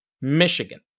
Michigan